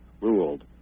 ruled